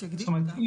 זאת אומרת,